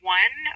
one